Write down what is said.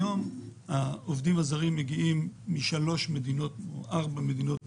העובדים הזרים מגיעים היום מארבע מדינות מרכזיות,